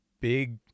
Big